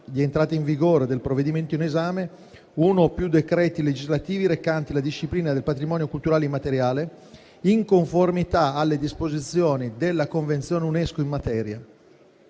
di entrata in vigore del provvedimento in esame, uno o più decreti legislativi recanti la disciplina del patrimonio culturale immateriale in conformità alle disposizioni della Convenzione UNESCO in materia.